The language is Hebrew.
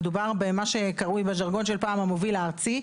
מדובר במה שקרוי בז'רגון של פעם "המוביל הארצי".